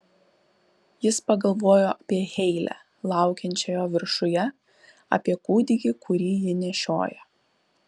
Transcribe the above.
jis pagalvojo apie heilę laukiančią jo viršuje apie kūdikį kurį ji nešioja